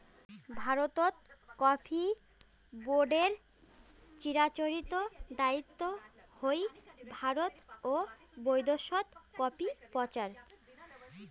ভারতত কফি বোর্ডের চিরাচরিত দায়িত্ব হই ভারত ও বৈদ্যাশত কফি প্রচার